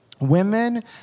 Women